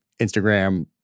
Instagram